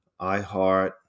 iHeart